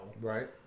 right